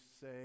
say